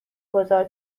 گذار